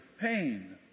pain